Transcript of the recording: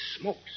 smokes